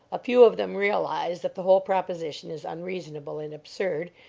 a few of them realize that the whole proposition is unreasonable and absurd,